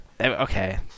Okay